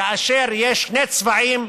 כאשר יש שני צבעים,